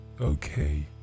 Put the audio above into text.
Okay